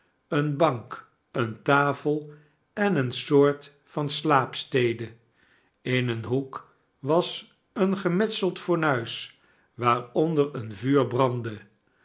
eene bank eene tafel en eene soort van slaapstede in een hoek was een gemetseld fornuis waaronder een vuur brandde